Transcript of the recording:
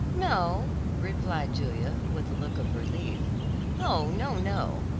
no, replied julia, with a look of relief oh, no, no,